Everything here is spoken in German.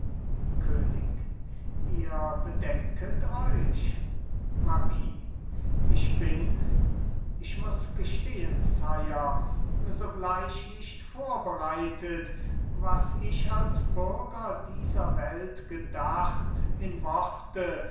könig ihr bedenket euch marquis ich bin ich muß gestehen sire sogleich nicht vorbereitet was ich als bürger dieser welt gedacht in worte